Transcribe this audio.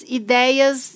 ideias